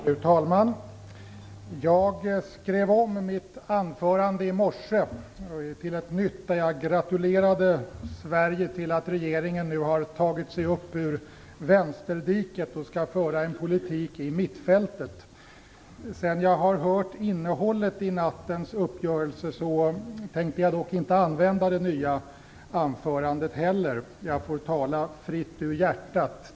Fru talman! Jag skrev om mitt anförande i morse där jag gratulerade Sverige till att regeringen nu tagit sig upp ur vänsterdiket och skall föra en politik i mittfältet. Sedan jag hört innehållet i nattens uppgörelse tänker jag dock inte använda det nya anförandet heller utan tala fritt ur hjärtat.